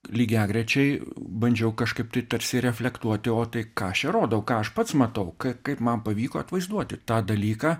lygiagrečiai bandžiau kažkaip tai tarsi reflektuoti o tai ką aš čia rodau ką aš pats matau kaip man pavyko atvaizduoti tą dalyką